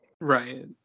Right